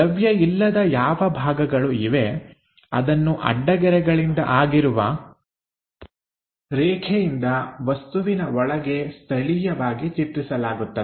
ದ್ರವ್ಯ ಇಲ್ಲದ ಯಾವ ಭಾಗಗಳು ಇವೆ ಅದನ್ನು ಅಡ್ಡ ಗೆರೆಗಳಿಂದ ಆಗಿರುವ ರೇಖೆಯಿಂದ ವಸ್ತುವಿನ ಒಳಗೆ ಸ್ಥಳೀಯವಾಗಿ ಚಿತ್ರಿಸಲಾಗುತ್ತದೆ